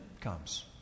comes